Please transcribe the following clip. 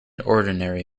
ordinary